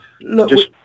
Look